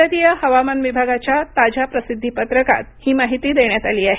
भारतीय हवामान विभागाच्या ताज्या प्रसिद्धीपत्रकात ही माहिती देण्यात आली आहे